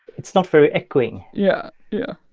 it's not very echoing yeah. yeah.